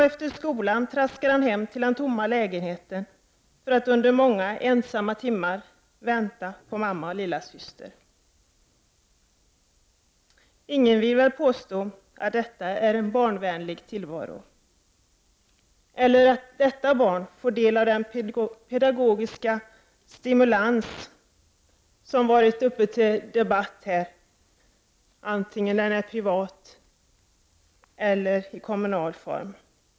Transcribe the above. Efter skolan traskar han hem till den tomma lägenheten för att under många ensamma timmar vänta på mamma och lillasyster. Ingen kan väl påstå att detta är en barnvänlig tillvaro, eller att detta barn får del av den pedagogiska stimulans som har diskuterats här, antingen i privat eller i kommunal form.